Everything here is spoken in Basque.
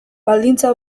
baldintza